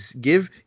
give